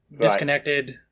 Disconnected